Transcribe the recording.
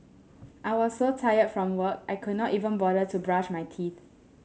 I was so tired from work I could not even bother to brush my teeth